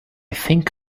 think